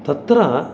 तत्र